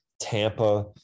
Tampa